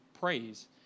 praise